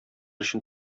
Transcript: өчен